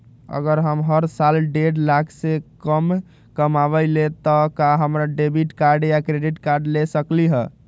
अगर हम हर साल डेढ़ लाख से कम कमावईले त का हम डेबिट कार्ड या क्रेडिट कार्ड ले सकली ह?